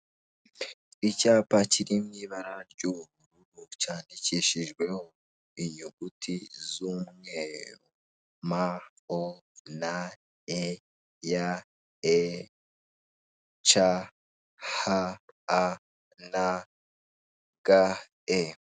Icyapa kiri mu ibara ry'ubururu cyandikishijweho inyuguti z'umweru. Ma, o, na, e, ya, e, ca, ha, a, na, ga, e.